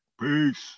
Peace